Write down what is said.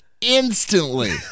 instantly